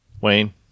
Wayne